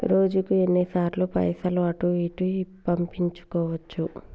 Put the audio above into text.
రోజుకు ఎన్ని సార్లు పైసలు అటూ ఇటూ పంపించుకోవచ్చు?